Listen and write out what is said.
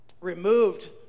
removed